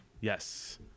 Yes